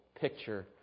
picture